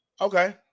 Okay